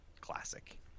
classic